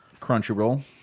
Crunchyroll